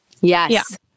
Yes